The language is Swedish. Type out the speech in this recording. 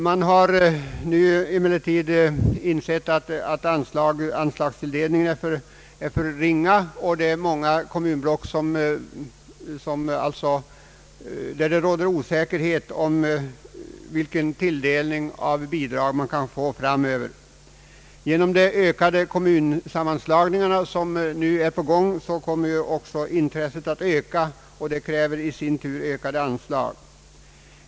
Man har nu emellertid insett att anslagstilldelningen är för ringa, och i många kommunblock råder osäkerhet om vilken bidragstilldelning man kan få framöver. Genom de många kommunsammanslagningar som nu är på gång kommer också intresset att öka, och det kräver i sin tur höjda anslag.